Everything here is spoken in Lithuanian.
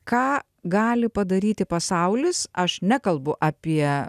ką gali padaryti pasaulis aš nekalbu apie